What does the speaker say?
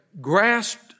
grasped